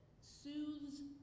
soothes